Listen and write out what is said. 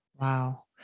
Wow